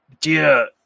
dear